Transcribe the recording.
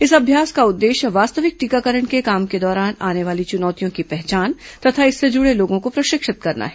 इस अभ्यास का उद्देश्य वास्तविक टीकाकरण के काम के दौरान आने वाली चुनौतियों की पहचान तथा इससे जुडे लोगों को प्रशिक्षित करना है